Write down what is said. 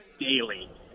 daily